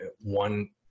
one